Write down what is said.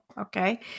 okay